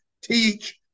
teach